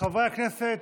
חברי הכנסת,